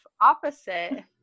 opposite